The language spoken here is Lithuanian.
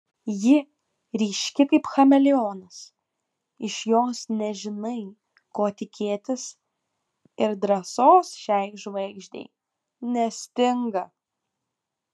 ji ryški kaip chameleonas iš jos nežinai ko tikėtis ir drąsos šiai žvaigždei nestinga